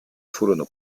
furono